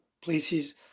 places